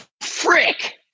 frick